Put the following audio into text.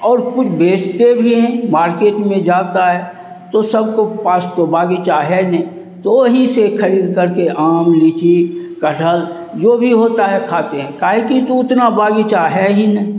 और कुछ बेचते भी हैं मार्केट में जाता है तो सबको पास तो बागीचा है नहीं तो वहीं से खरीदकर के आम लीची कठहल जो भी होता है खाते हैं काहे कि तो उतना बागीचा है ही नहीं